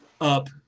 up